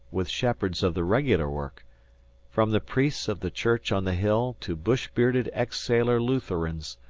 with shepherds of the regular work from the priests of the church on the hill to bush-bearded ex-sailor lutherans,